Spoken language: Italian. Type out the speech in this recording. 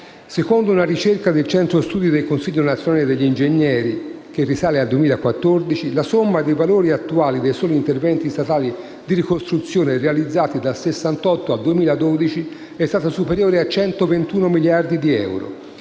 Secondo una ricerca del Centro studi del consiglio nazionale degli ingegneri risalente al 2014, la somma in valori attuali dei soli interventi statali di ricostruzione realizzati dal 1968 al 2012 è stata superiore a 121 miliardi di euro;